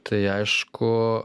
tai aišku